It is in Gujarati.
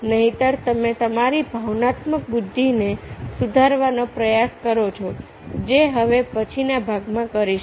નહિતર તમે તમારી ભાવનાત્મક બુદ્ધિ ને સુધારવાનો પ્રયાસ કરો છો જે હવે પછી ના ભાગમાં કરીશું